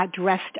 dressed